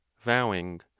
vowing